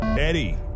Eddie